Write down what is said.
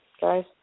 guys